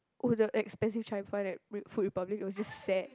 oh the expensive Cai-Fan at re~ Food Republic it was just sad